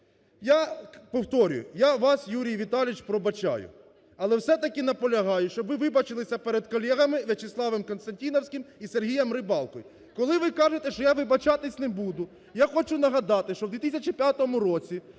Я повторюю, я вас, Юрій Віталійович, пробачаю, але все-таки наполягаю, щоб ви вибачилися перед колегами Вячеславом Константіновським і Сергієм Рибалкою. Коли ви кажете, що: "Я вибачатись не буду", я хочу нагадати, що в 2005 році